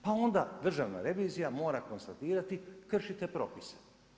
Pa onda Državna revizija mora konstatirati kršite propise.